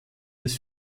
des